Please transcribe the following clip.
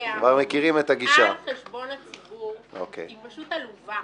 להתבדח על חשבון הציבור היא פשוט עלובה.